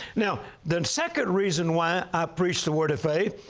now, the second reason why i preach the word of faith,